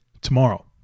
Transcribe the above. tomorrow